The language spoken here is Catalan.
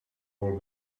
vol